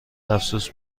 افسوس